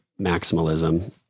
maximalism